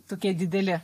tokie dideli